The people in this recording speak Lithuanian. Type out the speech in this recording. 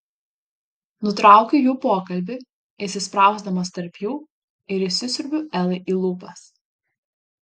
nutraukiu jų pokalbį įsisprausdamas tarp jų ir įsisiurbiu elai į lūpas